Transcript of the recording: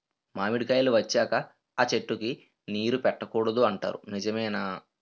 మామిడికాయలు వచ్చాక అ చెట్టుకి నీరు పెట్టకూడదు అంటారు నిజమేనా?